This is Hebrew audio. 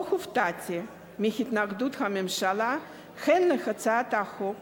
לא הופתעתי מהתנגדות הממשלה הן להצעת החוק